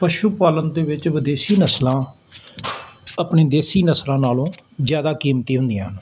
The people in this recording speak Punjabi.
ਪਸ਼ੂ ਪਾਲਣ ਦੇ ਵਿੱਚ ਵਿਦੇਸ਼ੀ ਨਸਲਾਂ ਆਪਣੇ ਦੇਸੀ ਨਸਲਾਂ ਨਾਲੋਂ ਜ਼ਿਆਦਾ ਕੀਮਤੀ ਹੁੰਦੀਆਂ ਹਨ